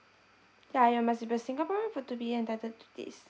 ya you must be a singaporean for to be entitled to this